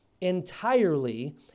entirely